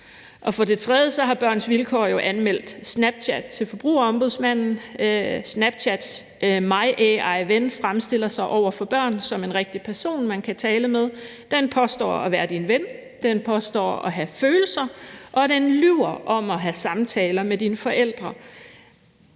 For det tredje har Børns Vilkår anmeldt Snapchat til Forbrugerombudsmanden. Snapchats my AI-ven fremstiller sig over for børn som en rigtig person, man kan tale med. Den påstår at være din ven, den påstår at have følelser, og den lyver om at have samtaler med dine forældre,